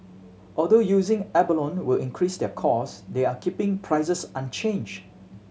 although using abalone will increase their cost they are keeping prices unchanged